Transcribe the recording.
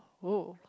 oh